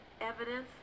evidence